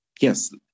Yes